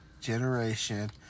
generation